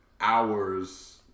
hours